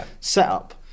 setup